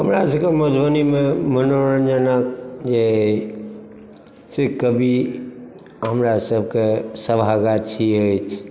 हमरा सभके मधुबनीमे मनोरञ्जनक जे से कवि हमरा सभके सभागाछी अछि